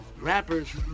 rappers